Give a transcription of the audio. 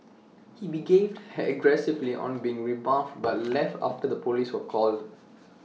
he behaved aggressively on being rebuffed but left after the Police were called